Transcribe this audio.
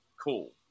cool